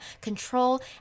control